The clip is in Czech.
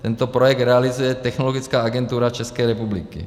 Tento projekt realizuje Technologická agentura České republiky.